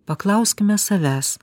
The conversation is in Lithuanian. paklauskime savęs